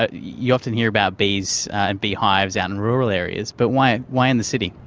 ah you often hear about bees and beehives out in rural areas, but why why in the city?